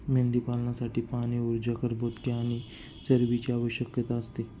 मेंढीपालनासाठी पाणी, ऊर्जा, कर्बोदके आणि चरबीची आवश्यकता असते